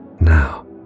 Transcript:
Now